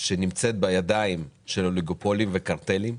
שנמצאת בידיים של אוליגופולים וקרטלים.